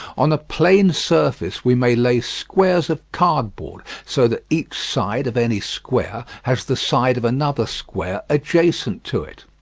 on a plane surface we may lay squares of cardboard so that each side of any square has the side of another square adjacent to it.